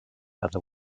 other